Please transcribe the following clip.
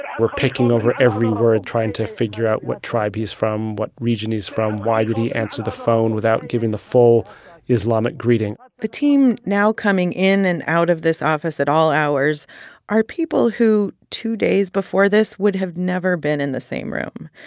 we're picking over every word, trying to figure out what tribe he's from, what region he's from. why did he answer the phone without giving the full islamic greeting? um the team now coming in and out of this office at all hours are people who, two days before this, would have never been in the same room.